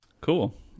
cool